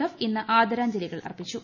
F ഇന്ന് ആദരാഞ്ജലിക്കൾ അർപ്പിച്ചു